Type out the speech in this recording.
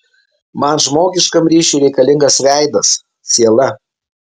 man žmogiškam ryšiui reikalingas veidas siela